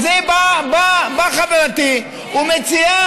על זה באה חברתי ומציעה,